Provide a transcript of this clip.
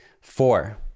Four